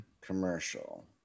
commercial